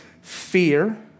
fear